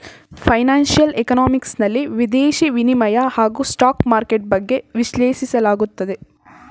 financial economics ನಲ್ಲಿ ವಿದೇಶಿ ವಿನಿಮಯ ಹಾಗೂ ಸ್ಟಾಕ್ ಮಾರ್ಕೆಟ್ ಬಗ್ಗೆ ವಿಶ್ಲೇಷಿಸಲಾಗುತ್ತದೆ